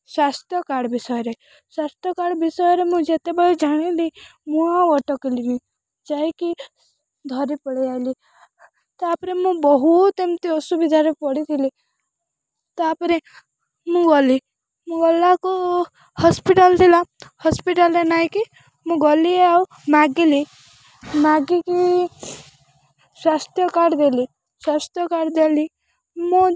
ସ୍ୱାସ୍ଥ୍ୟ କାର୍ଡ଼ ବିଷୟରେ ସ୍ୱାସ୍ଥ୍ୟ କାର୍ଡ଼ ବିଷୟରେ ମୁଁ ଯେତେବେଳେ ଜାଣିଲି ମୁଁ ଆଉ ଅଟକିଲିନି ଯାଇକି ଧରି ପଳେଇ ଆଇଲି ତା'ପରେ ମୁଁ ବହୁତ ଏମିତି ଅସୁବିଧାରେ ପଡ଼ିଥିଲି ତା'ପରେ ମୁଁ ଗଲି ମୁଁ ଗଲାକୁ ହସ୍ପିଟାଲ୍ ଥିଲା ହସ୍ପିଟାଲ୍ରେ ନାହିଁକି ମୁଁ ଗଲି ଆଉ ମାଗିଲି ମାଗିକି ସ୍ୱାସ୍ଥ୍ୟ କାର୍ଡ଼ ଦେଲି ସ୍ୱାସ୍ଥ୍ୟ କାର୍ଡ଼ ଦେଲି ମୋ